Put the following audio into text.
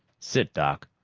sit, doc.